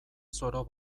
zoro